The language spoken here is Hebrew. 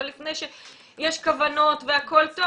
לפני שיש כוונות והכל טוב.